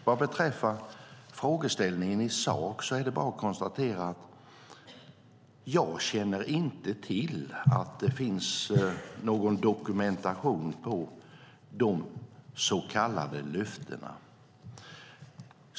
Vad beträffar frågeställningen i sak är det bara att konstatera att jag inte känner till att det finns någon dokumentation av de så kallade löftena.